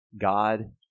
God